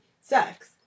sex